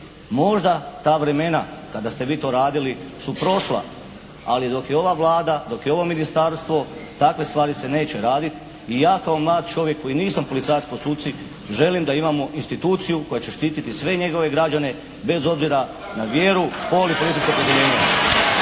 Možda da vremena kada ste vi to radili su prošla. Ali dok je ova Vlada, dok je ovo ministarstvo takve stvari se neće raditi. I ja kao mlad čovjek koji nisam policajac po struci želim da imamo instituciju koja će štiti sve njegove građane, bez obzira na vjeru, političko opredjeljenje